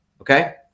Okay